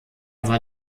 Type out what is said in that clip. war